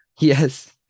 Yes